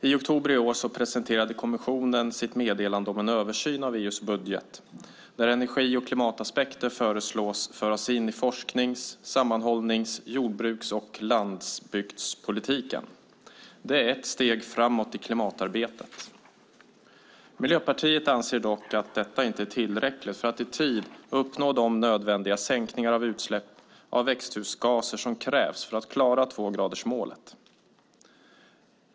I oktober i år presenterade kommissionen sitt meddelande om en översyn av EU:s budget där energi och klimataspekter föreslås bli införda i forsknings-, sammanhållnings-, jordbruks och landsbygdspolitiken. Det är ett steg framåt i klimatarbetet. Miljöpartiet anser dock att detta inte är tillräckligt för att i tid uppnå de sänkningar av utsläppen av växthusgaser som krävs för att klara tvågradersmålet.